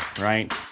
right